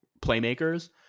playmakers